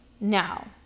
now